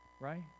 Right